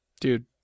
Dude